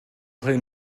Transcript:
play